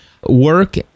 work